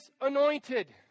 anointed